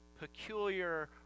peculiar